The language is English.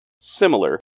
similar